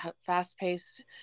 fast-paced